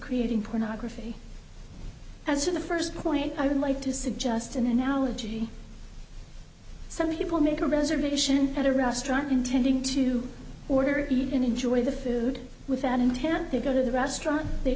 creating pornography as for the first point i would like to suggest an analogy some people make a reservation at a restaurant intending to order and enjoy the food without intent they go to the restaurant they